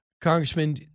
Congressman